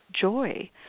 joy